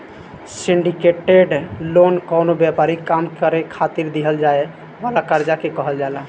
syndicated loan कवनो व्यापारिक काम करे खातिर दीहल जाए वाला कर्जा के कहल जाला